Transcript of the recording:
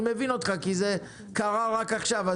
אני מבין אותך, כי זה קרה רק עכשיו.